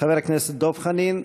חבר הכנסת דב חנין,